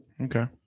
Okay